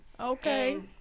Okay